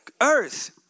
earth